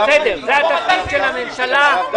זה במנדט שלנו,